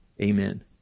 Amen